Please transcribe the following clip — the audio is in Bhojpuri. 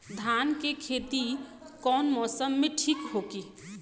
धान के खेती कौना मौसम में ठीक होकी?